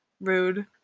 rude